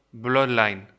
bloodline